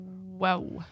Wow